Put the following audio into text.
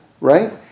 right